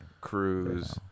Cruise